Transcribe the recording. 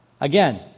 Again